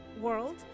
world